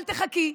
אבל תחכי,